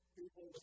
people